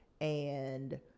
and-